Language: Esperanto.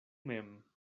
mem